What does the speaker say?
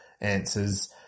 answers